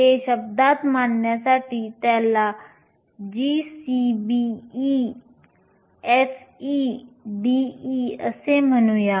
हे शब्दात मांडण्यासाठी त्याना gCB f dE असे म्हणूया